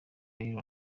rero